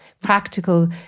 practical